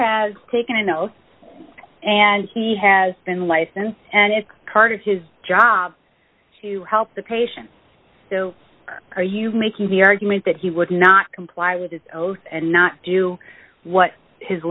has taken an oath and he has been licensed and it's part of his job to help the patients are you making the argument that he would not comply with his oath and not do what his